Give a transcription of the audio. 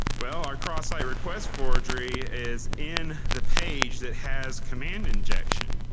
well, our cross-site request forgery is in the page that has command injection.